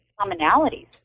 commonalities